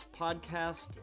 podcast